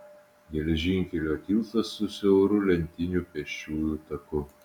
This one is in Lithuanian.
gelžkelio tiltas su siauru lentiniu pėsčiųjų taku